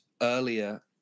earlier